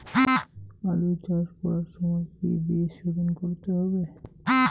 আলু চাষ করার সময় কি বীজ শোধন করতে হবে?